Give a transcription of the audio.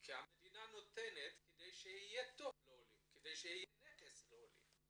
כי המדינה נותנת כדי שיהיה טוב לעולים ושיהיה לעולים נכס.